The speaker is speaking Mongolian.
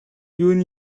юуны